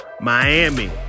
Miami